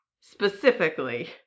specifically